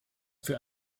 für